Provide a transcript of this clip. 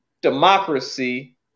democracy